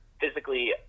physically